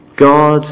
God